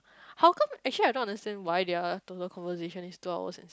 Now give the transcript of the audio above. how come actually I don't understand why their total conversation is two hours